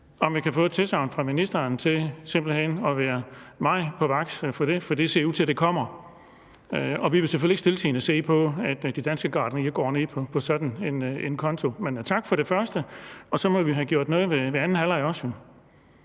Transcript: om vi kan få et tilsagn fra ministeren om simpelt hen at være meget på vagt i forhold til det. For det ser ud til, at det kommer. Og vi vil selvfølgelig ikke stiltiende se på, at de danske gartnerier går ned på sådan en konto. Men tak for det første. Og så må vi jo også have gjort noget ved anden halvleg.